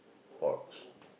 Porsche